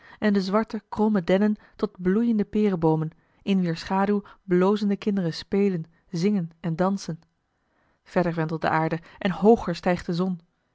en de zwarte kromme dennen tot bloeiende pereboomen in wier schaduw blozende kinderen spelen zingen en dansen verder wentelt de aarde en hooger stijgt de zon